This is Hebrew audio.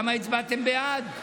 למה הצבעתם בעד?